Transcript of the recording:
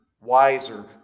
wiser